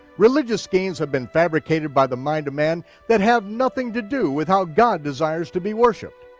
religious schemes have been fabricated by the mind of man that have nothing to do with how god desires to be worshiped.